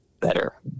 better